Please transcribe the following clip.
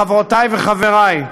חברותי וחברי,